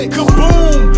Kaboom